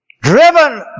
Driven